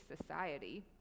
society